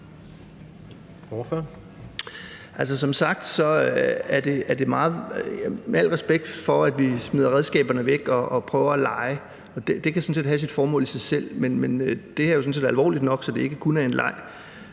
Jensen (V): Med al respekt for at vi smider redskaberne væk og prøver at lege – det kan sådan set have et formål i sig selv, men det her er sådan set alvorligt nok, så det er ikke kun en leg